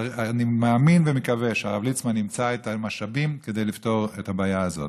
אני מאמין ומקווה שהרב ליצמן ימצא את המשאבים כדי לפתור את הבעיה הזאת.